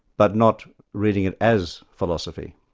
but not reading it as philosophy,